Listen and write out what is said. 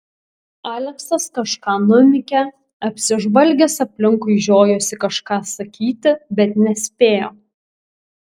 aleksas kažką numykė apsižvalgęs aplinkui žiojosi kažką sakyti bet nespėjo